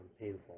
painful